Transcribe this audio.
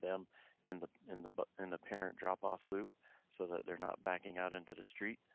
them in the in the but and parent dropoff loop so that they're not backing out into the street.